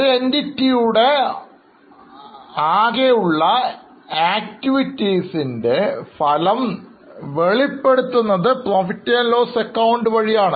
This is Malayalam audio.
Entity യുടെ പ്രവർത്തനഫലം വെളിപ്പെടുത്തുന്നത് PL ac ആണ്